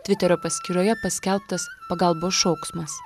tviterio paskyroje paskelbtas pagalbos šauksmas